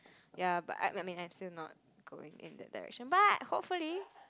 ya but I I mean I'm still not going in that direction but hopefully